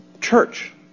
church